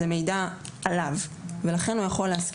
זה מידע עליו ולכן הוא יכול להסכים